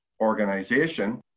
organization